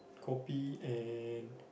kopi and